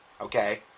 okay